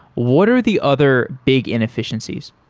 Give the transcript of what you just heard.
what are the other big inefficiencies?